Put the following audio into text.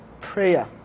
prayer